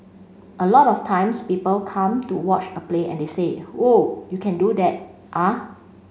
a lot of times people come to watch a play and they say whoa you can do that ah